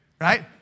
right